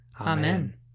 Amen